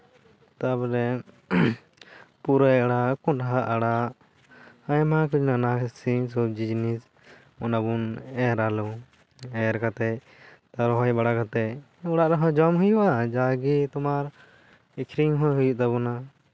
ᱛᱟᱯᱚᱨᱮ ᱯᱩᱨᱟᱹᱭ ᱟᱲᱟᱜ ᱠᱚᱸᱰᱷᱟ ᱟᱲᱟᱜ ᱟᱭᱢᱟ ᱠᱤᱪᱷᱩ ᱱᱟᱱᱟ ᱨᱚᱠᱚᱢ ᱥᱚᱵᱽᱡᱤ ᱡᱤᱱᱤᱥ ᱟᱵᱚ ᱵᱚᱱ ᱮᱨᱟᱞᱮ ᱮᱨ ᱠᱟᱛᱮ ᱟᱨ ᱨᱚᱦᱚᱭ ᱵᱟᱲᱟ ᱠᱟᱛᱮ ᱚᱲᱟᱜ ᱨᱮᱦᱚᱸ ᱡᱚᱢ ᱦᱩᱭᱩᱜᱼᱟ ᱡᱟᱜᱮ ᱛᱳᱢᱟᱨ ᱟᱹᱠᱷᱨᱤᱧ ᱦᱚᱸ ᱦᱩᱭᱩᱜ ᱛᱟᱵᱚᱱᱟ